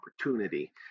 opportunity